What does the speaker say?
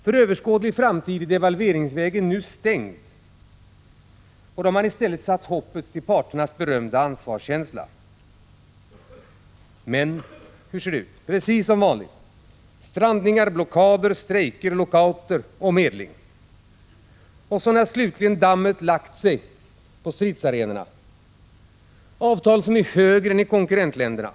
För överskådlig framtid är devalveringsvägen nu stängd. Då har hoppet i stället satts till parternas berömda ansvarskänsla. Men hur ser det ut? Precis som vanligt: strandningar, blockader, strejker, lockouter och medlingar. När slutligen dammet lagt sig på stridsarenorna, blir resultatet avtal med högre lön än i konkurrentländerna.